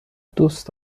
دوست